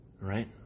Right